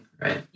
right